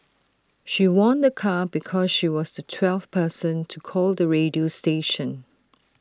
she won A car because she was the twelfth person to call the radio station